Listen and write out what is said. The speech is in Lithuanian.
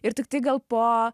ir tiktai gal po